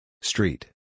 Street